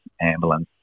ambulance